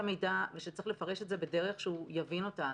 המידע ושצריך לפרש את זה בדרך שהוא יבין אותה.